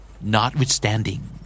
Notwithstanding